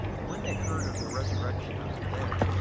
and when they heard of the resurrection of the dead,